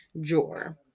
drawer